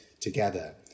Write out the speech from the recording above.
together